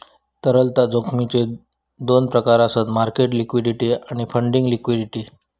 तरलता जोखमीचो दोन प्रकार आसत मार्केट लिक्विडिटी आणि फंडिंग लिक्विडिटी